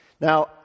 Now